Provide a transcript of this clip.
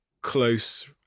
close